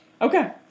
Okay